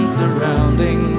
surrounding